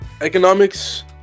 economics